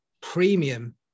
premium